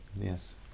Yes